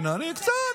אני יושבת